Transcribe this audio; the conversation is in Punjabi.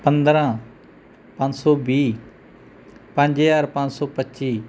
ਪੰਦਰਾਂ ਪੰਜ ਸੌ ਵੀਹ ਪੰਜ ਹਜ਼ਾਰ ਪੰਜ ਸੌ ਪੱਚੀ